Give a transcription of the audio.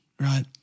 right